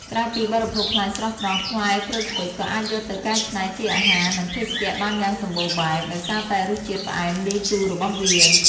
ក្រៅពីបរិភោគផ្លែស្រស់ៗ ផ្លែក្រូចឃ្វិចក៏អាចយកទៅកែច្នៃជាអាហារ និងភេសជ្ជៈបានយ៉ាងសម្បូរបែប ដោយសារតែរសជាតិផ្អែមលាយជូររបស់វា។